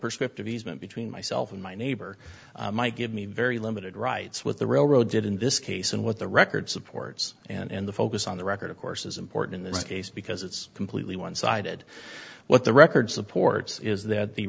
perspective easement between myself and my neighbor might give me very limited rights with the railroad did in this case and what the record supports and the focus on the record of course is important in this case because it's completely one sided what the record supports is that the